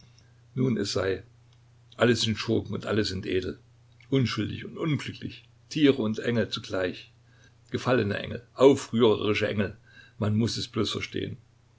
nun es sei alle sind schurken und alle sind edel unschuldig und unglücklich tiere und engel zugleich gefallene engel aufrührerische engel man muß es bloß verstehen